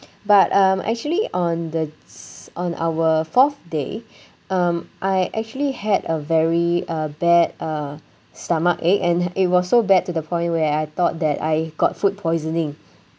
but um actually on the s~ on our fourth day um I actually had a very uh bad uh stomachache and it was so bad to the point where I thought that I got food poisoning